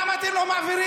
למה אתם לא מעבירים?